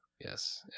Yes